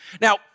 Now